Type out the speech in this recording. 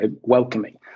welcoming